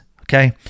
Okay